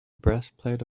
breastplate